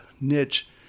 niche